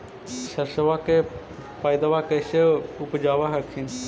सरसोबा के पायदबा कैसे उपजाब हखिन?